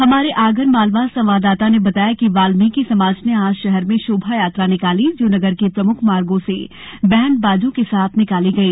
हमारे आगर मालवा संवाददाता ने बताया है कि वाल्मीकि समाज ने आज शहर में शोभायात्रा निकाली जो नगर के प्रमुख मार्गों से बैण्ड बाजों के साथ निकाली गई